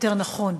יותר נכון,